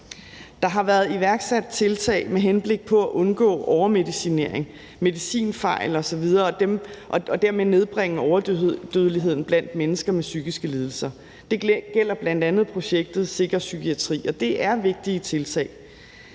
Der har været iværksat tiltag med henblik på at undgå overmedicinering, medicinfejl osv. og dermed nedbringe overdødeligheden blandt mennesker med psykiske lidelser. Det gælder bl.a. projektet Sikker Psykiatri, og det er vigtige tiltag.